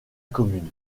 commune